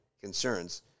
concerns